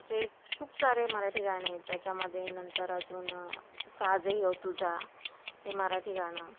असे खूप सारे मराठी गाणे त्याच्यामध्ये नंतर अजून साज ह्यो तुझा हे मराठी गाणं